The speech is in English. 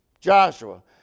Joshua